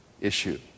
issue